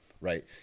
Right